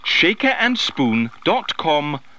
shakerandspoon.com